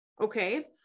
Okay